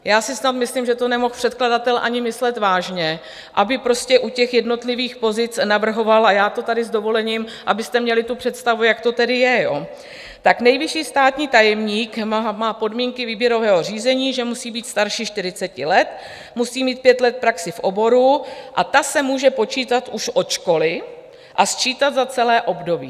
Já si myslím, že to nemohl předkladatel snad ani myslet vážně, aby u jednotlivých pozic navrhoval a já to tady s dovolením, abyste měli představu, jak to tedy je: tak nejvyšší státní tajemník má podmínky výběrového řízení, že musí být starší čtyřiceti let, musí mít pět let praxi v oboru a ta se může počítat už od školy a sčítat za celé období.